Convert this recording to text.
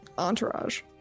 entourage